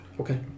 Okay